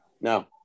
No